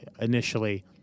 initially